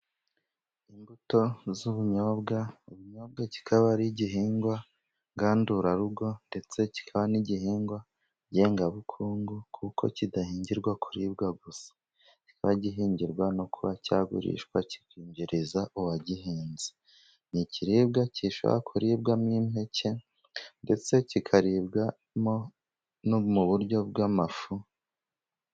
Imbuto z'ubunyobwa. Ubunyobwa kikaba ari igihingwa ngandurarugo ndetse kiba n'igihingwa ngengabukungu kuko kidahingirwa kuribwa gusa kikaba gihingirwa no kuba cyagurishwa kikinjiriza uwagihinze ni ikiribwa kishobora kuribwamo impeke ndetse kikaribwamo no mu buryo bw'amafu.